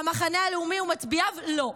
והמחנה הלאומי ומצביעיו, לא.